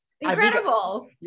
Incredible